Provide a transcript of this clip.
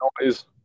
noise